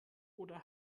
oder